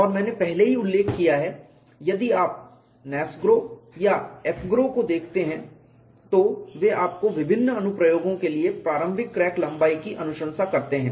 और मैंने पहले ही उल्लेख किया है यदि आप NASGRO या AFGROW को देखते हैं तो वे आपको विभिन्न अनुप्रयोगों के लिए प्रारंभिक क्रैक लंबाई की अनुशंसा करते हैं